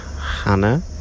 Hannah